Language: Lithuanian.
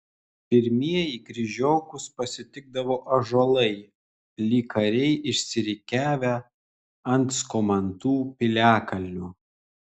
pirmieji kryžiokus pasitikdavo ąžuolai lyg kariai išsirikiavę ant skomantų piliakalnio